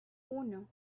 uno